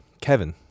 kevin